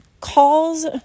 calls